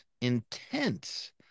intense